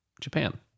Japan